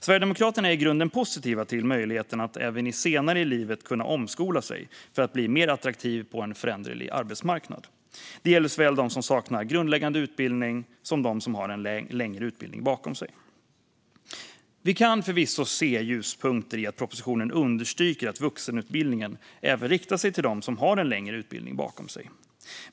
Sverigedemokraterna är i grunden positiva till möjligheten att även senare i livet kunna omskola sig för att bli mer attraktiv på en föränderlig arbetsmarknad. Detta gäller såväl dem som saknar grundläggande utbildning som dem som har en längre utbildning bakom sig. Vi kan förvisso se ljuspunkter i att propositionen understryker att vuxenutbildningen även riktar sig till dem som har en längre utbildning bakom sig.